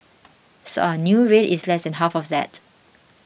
so our new rate is less than half of that